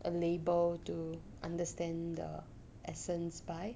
a label to understand the essence by